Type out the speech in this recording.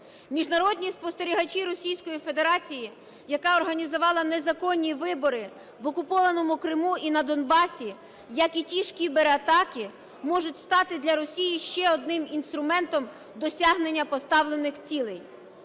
Міжнародні спостерігачі Російської Федерації, яка організувала незаконні вибори в окупованому Криму і на Донбасі, як і ті ж кібератаки, можуть стати для Росії ще одним інструментом досягнення поставлених цілей.